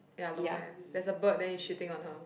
ya long hair there's a bird then is shitting on her